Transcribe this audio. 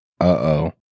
Uh-oh